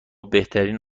بهترین